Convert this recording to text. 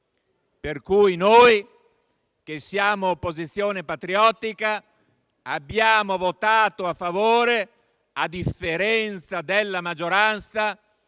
per cui noi, che siamo opposizione patriottica, abbiamo votato a favore, a differenza della maggioranza,